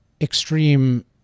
extreme